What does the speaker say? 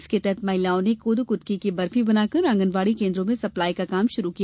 इसके तहत महिलाओं ने कोदो कुटकी की बर्फी बनाकर आंगनबाड़ी केन्द्रों में सप्लाई का काम शुरू किया